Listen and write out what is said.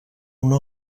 una